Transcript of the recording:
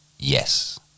yes